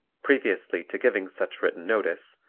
previously to giving such written notice,